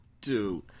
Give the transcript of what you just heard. Dude